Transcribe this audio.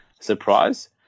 Surprise